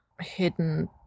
Hidden